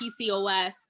PCOS